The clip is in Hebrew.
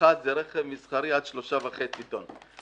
M1 זה רכב מסחרי עד 3.5 טון.